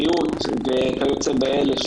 בריאות וכיוצא באלה,